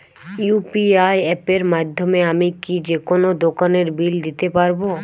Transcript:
UPI অ্যাপের মাধ্যমে আমি কি যেকোনো দোকানের বিল দিতে পারবো?